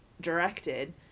directed